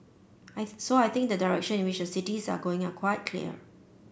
I so I think the direction in which the cities are going are quite clear